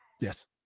Yes